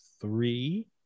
three